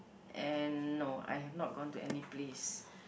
and no I have not gone to any place